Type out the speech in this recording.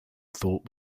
thought